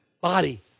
body